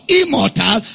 immortal